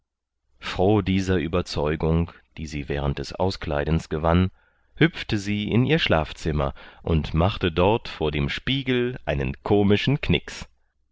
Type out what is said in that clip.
froh dieser überzeugung die sie während des auskleidens gewann hüpfte sie in ihr schlafzimmer und machte dort vor dem spiegel einen komischen knix